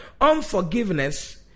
unforgiveness